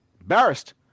Embarrassed